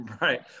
Right